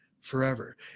forever